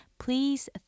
Please